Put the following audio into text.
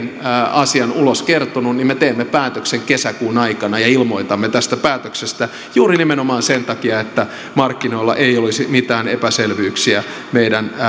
asian ulos kertonut niin me teemme päätöksen kesäkuun aikana ja ilmoitamme tästä päätöksestä juuri nimenomaan sen takia että markkinoilla ei olisi mitään epäselvyyksiä meidän